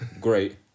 great